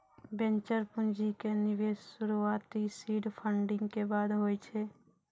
venture पूंजी के निवेश शुरुआती सीड फंडिंग के बादे होय छै